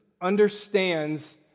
understands